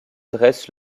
dresse